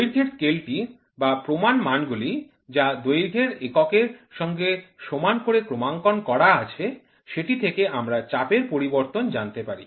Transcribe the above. দৈর্ঘ্যের স্কেলটি বা প্রমাণ মান গুলি যা দৈর্ঘ্যের একক এর সঙ্গে সমান করে ক্রমাঙ্কন করা আছে সেটি থেকে আমরা চাপের পরিবর্তন জানতে পারি